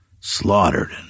slaughtered